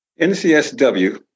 NCSW